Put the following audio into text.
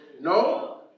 No